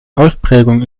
ausprägung